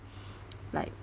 like